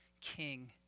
king